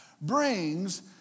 brings